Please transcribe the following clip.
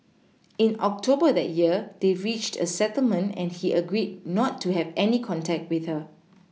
in October that year they reached a settlement and he agreed not to have any contact with her